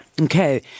Okay